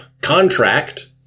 contract